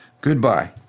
Goodbye